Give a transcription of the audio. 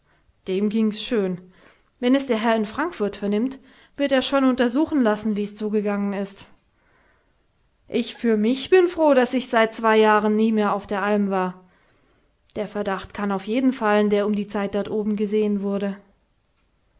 dem ging's schön wenn es der herr in frankfurt vernimmt wird er schon untersuchen lassen wie's zugegangen ist ich für mich bin froh daß ich seit zwei jahren nie mehr auf der alm war der verdacht kann auf jeden fallen der um die zeit dort oben gesehen wurde